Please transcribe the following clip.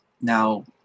now